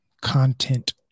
content